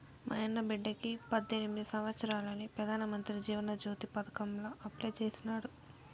మాయన్న బిడ్డకి పద్దెనిమిది సంవత్సారాలని పెదానమంత్రి జీవన జ్యోతి పదకాంల అప్లై చేసినాడు